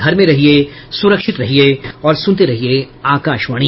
घर में रहिये सुरक्षित रहिये और सुनते रहिये आकाशवाणी